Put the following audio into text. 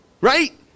right